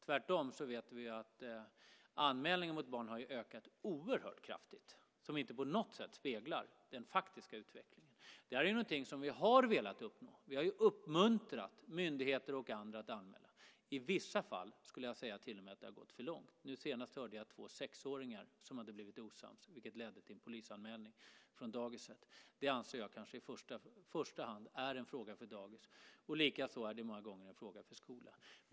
Tvärtom vet vi att anmälningar om våld mot barn har ökat oerhört kraftigt, och det speglar inte på något sätt den faktiska utvecklingen. Detta är någonting som vi har velat uppnå. Vi har ju uppmuntrat myndigheter och andra att anmäla. I vissa fall skulle jag till och med vilja säga att det har gått för långt. Nu senast hörde jag om två sexåringar som hade blivit osams, vilket ledde till polisanmälan från dagiset. Det anser jag kanske i första hand är en fråga för dagis. Likaså är det många gånger en fråga för skolan.